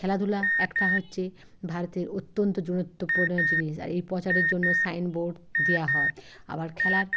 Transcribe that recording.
খেলাধূলা একটা হচ্ছে ভারতের অত্যন্ত গুরুত্বপূর্ণ জিনিস আর এই প্রচারের জন্য সাইনবোর্ড দেওয়া হয় আবার খেলার